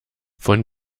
von